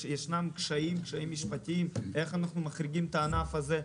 ויש קשיים משפטיים איך אנחנו מחריגים את הענף הזה.